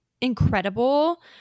incredible